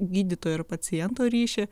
gydytojo ir paciento ryšį